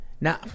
Now